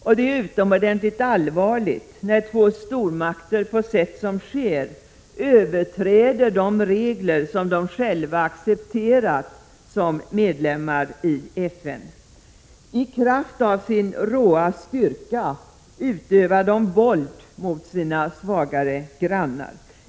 Det är utomordentligt allvarligt när två stormakter på sätt som sker överträder de regler de själva har accepterat som medlemmar i FN. I kraft av sin råa styrka utövar de våld mot sina svagare grannar.